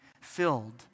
filled